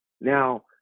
Now